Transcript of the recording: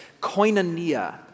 koinonia